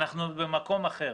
אנחנו נהיה במקום אחר,